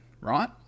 right